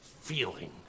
feeling